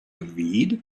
read